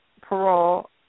parole